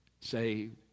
Saved